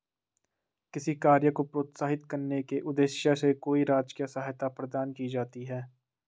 किसी कार्य को प्रोत्साहित करने के उद्देश्य से कोई राजकीय सहायता प्रदान की जाती है